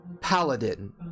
paladin